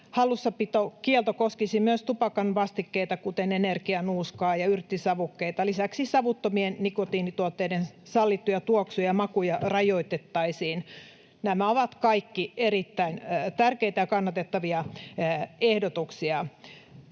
Hallussapitokielto koskisi myös tupakan vastikkeita, kuten energianuuskaa ja yrttisavukkeita. Lisäksi savuttomien nikotiinituotteiden sallittuja tuoksuja ja makuja rajoitettaisiin. Nämä ovat kaikki erittäin tärkeitä ja kannatettavia ehdotuksia.